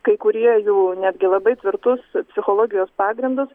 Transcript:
kai kurie jų netgi labai tvirtus psichologijos pagrindus